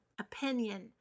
opinion